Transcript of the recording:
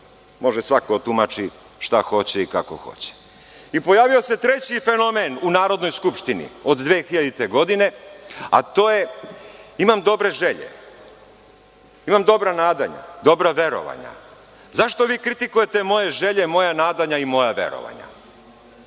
može svako da tumači šta hoće i kako hoće. Pojavio se i treći fenomen u Narodnoj skupštini od 2000. godine, a to je – imam dobre želje, imam dobra nadanja, dobra verovanja. Zašto vi kritikujete moje želje, moja nadanja i moja verovanja?